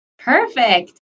Perfect